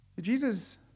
Jesus